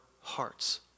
hearts